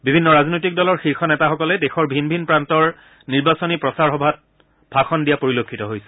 বিভিন্ন ৰাজনৈতিক দলৰ শীৰ্ষ নেতাসকলে দেশৰ ভিন ভিন প্ৰান্তৰ নিৰ্বাচনী সভাত ভাষণ দিয়া পৰিলক্ষিত হৈছে